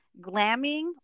glamming